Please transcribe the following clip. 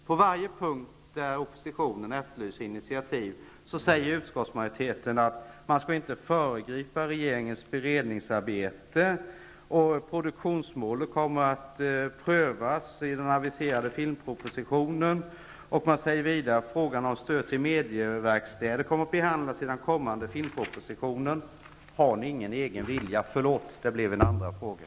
På varje punkt där oppositionen efterlyser initiativ säger utskottsmajoriteten: Man skall inte föregripa regeringens beredningsarbete -- produktionsmålet kommer att prövas i den aviserade filmpropositionen -- frågan om stöd till mediaverkstäder kommer att behandlas i den kommande filmpropositionen. Har ni ingen egen vilja? Förlåt, det blev en andra fråga.